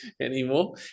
anymore